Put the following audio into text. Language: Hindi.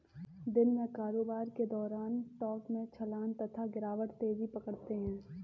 दिन में कारोबार के दौरान टोंक में उछाल तथा गिरावट तेजी पकड़ते हैं